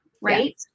right